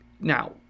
Now